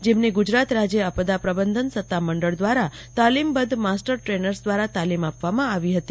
જેમને ગુજરાત રાજય આપદા પ્રબંધન સત્તામંડળ દ્વારા તાલીમબધ્ધ માસ્ટર ટેનર્સ દ્વારા તાલીમ આપવામાં આવી હતી